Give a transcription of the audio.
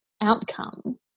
outcome